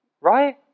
right